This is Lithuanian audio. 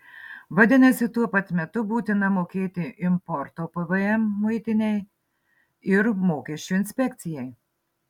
vadinasi tuo pat metu būtina mokėti importo pvm muitinei ir mokesčių inspekcijai